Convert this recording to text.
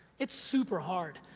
it's super hard.